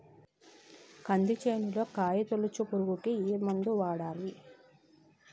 కంది చేనులో కాయతోలుచు పురుగుకి ఏ మందు వాడాలి?